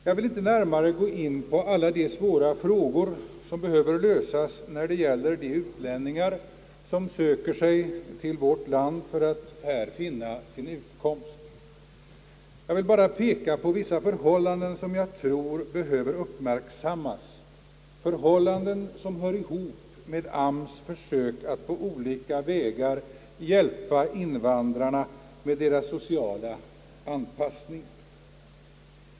Jag vill inte närmare gå in på alla de svåra frågor som behöver lösas när det gäller de utlänningar som söker sig till vårt land för att här finna sin utkomst. Jag vill endast peka på vissa förhållanden som jag tror behöver uppmärksammas — förhållanden som hör ihop med AMS:s försök att på olika vägar hjälpa invandrarna med deras sociala anpassning.